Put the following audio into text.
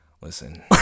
Listen